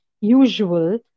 usual